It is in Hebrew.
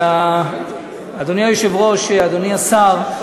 אדוני היושב-ראש, אדוני השר,